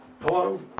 Hello